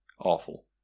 Awful